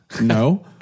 No